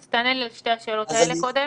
אז תענה לי על שתי השאלות האלה קודם.